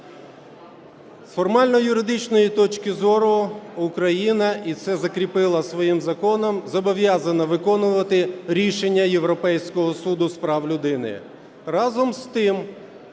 З формально-юридичної точки зору Україна, і це закріпила своїм законом, зобов'язана виконувати рішення Європейського суду з прав людини.